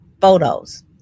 photos